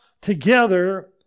together